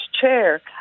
chair